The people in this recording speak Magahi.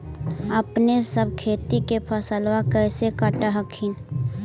अपने सब खेती के फसलबा कैसे काट हखिन?